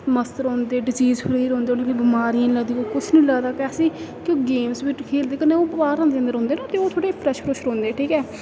मस्त रौंह्दे disease free रौंह्दे उ'नेंगी कोई बमार निं नेईं लगदी कुछ निं लगदा ऐसे ओह् गेम्स बी खेलदे कन्नै ओह् बाह्र अंदर औंदे जंदे रौह्दे ना ते ओह् थोह्ड़े फ्रैश फ्रुश रौंह्दे ठीक ऐ